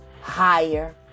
higher